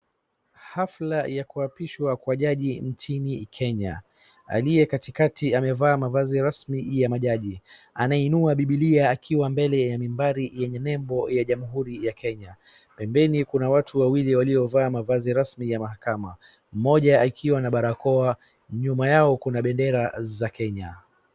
Halfa ya kuapishwa kwa jaji nchini kenya. Aliyekatikati amevaa mavazi rasmi ya majaji anainua bibilia akiwa mbele ya mibari yenye nembo ya jamuhuri ya kenya pembeni kuna watu wawili waliovaa mavazi rasmi ya mahakama mmoja akiwa na barakoa nyuma yao kuna bendera za kenya.